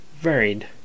varied